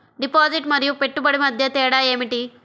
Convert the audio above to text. Deposit మరియు పెట్టుబడి మధ్య తేడా ఏమిటి?